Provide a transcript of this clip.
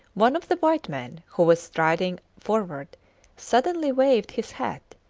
one of the white men who was striding forward suddenly waved his hat,